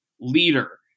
leader